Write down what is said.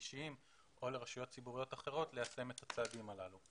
שלישיים או לרשויות ציבוריות אחרות ליישם את הצעדים הללו.